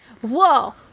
Whoa